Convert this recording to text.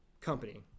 company